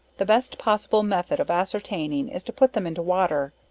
the best possible method of ascertaining, is to put them into water,